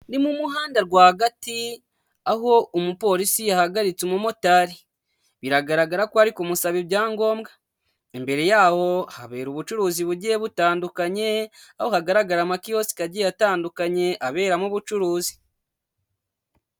Ni mu muhanda rwagati aho umupolisi yahagaritse umumotari biragaragara ko ari kumusaba ibyangombwa, imbere yaho habera ubucuruzi bugiye butandukanye, aho hagaragara amakiyosike agiye atandukanye aberamo ubucuruzi.